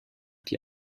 die